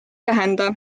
tähenda